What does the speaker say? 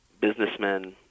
businessmen